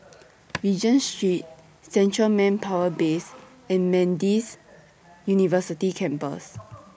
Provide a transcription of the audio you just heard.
Regent Street Central Manpower Base and MDIS University Campus